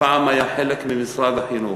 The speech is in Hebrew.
פעם היה חלק ממשרד החינוך,